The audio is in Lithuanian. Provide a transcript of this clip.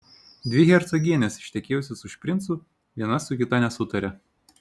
dvi hercogienės ištekėjusios už princų viena su kita nesutaria